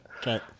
okay